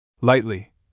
Lightly